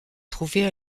trouver